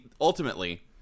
ultimately